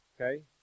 okay